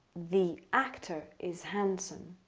the actor is handsome.